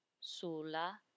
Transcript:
sulla